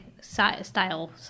style